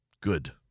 Good